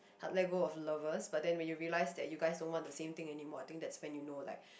hard let go of lovers but then when you realize that you guys don't want the same thing anymore I think that's when you know like